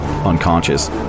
Unconscious